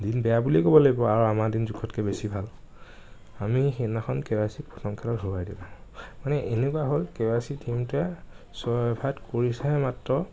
দিন বেয়া বুলিয়ে ক'ব লাগিব আৰু আমাৰ টিম জোখতকৈ বেছি ভাল আমি সিদিনাখন কে ৱাই চিক প্ৰথম খেলত হৰুৱাই দিলোঁ মানে এনেকুৱা হ'ল কে ৱাই চি টিমটোৱে ছয় অভাৰত কৰিছে মাত্ৰ